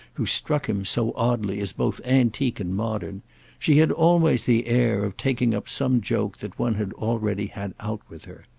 who struck him, so oddly, as both antique and modern she had always the air of taking up some joke that one had already had out with her.